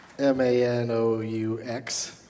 M-A-N-O-U-X